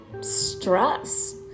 stress